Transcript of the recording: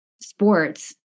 sports